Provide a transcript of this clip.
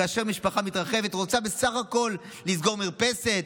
כאשר משפחה מתרחבת ורוצה בסך הכול לסגור מרפסת,